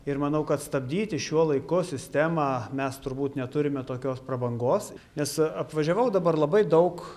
ir manau kad stabdyti šiuo laiku sistemą mes turbūt neturime tokios prabangos nes apvažiavau dabar labai daug